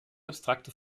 abstrakte